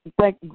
Thank